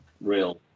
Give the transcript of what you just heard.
real